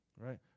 right